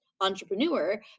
entrepreneur